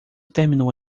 terminou